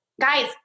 guys